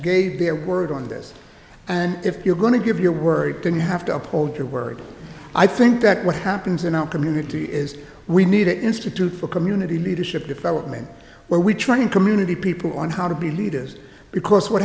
gave their word on this and if you're going to give your word didn't have to uphold your word i think that what happens in our community is we need to institute for community leadership development where we train community people on how to be leaders because what